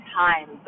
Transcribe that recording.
time